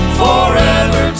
forever